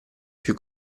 più